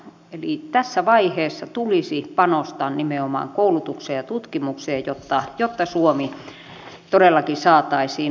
eli tässä vaiheessa tulisi panostaa nimenomaan koulutukseen ja tutkimukseen jotta suomi todellakin saataisiin nousuun